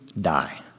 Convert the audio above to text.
die